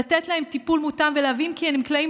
לתת להם טיפול מותאם ולהבין כי הם נקלעים